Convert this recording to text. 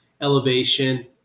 elevation